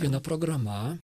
viena programa